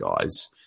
guys